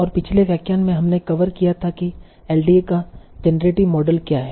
और पिछले व्याख्यान में हमने कवर किया था कि एलडीए का जेनरेटिव मॉडल क्या है